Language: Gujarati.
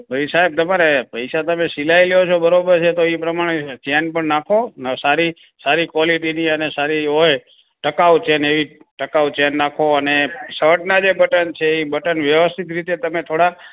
ભઈ સાહેબ તમારે પૈસા તમે સિલાઈ લો છો બરોબર છે તો એ પ્રમાણે ચેન પણ નાખો ન સારી સારી કવોલિટીની અને સારી હોય ટકાઉ ચેન એવી ટકાઉ ચેન નાખો અને શર્ટના જે બટન છે એ બટન વ્યવસ્થિત રીતે તમે થોડા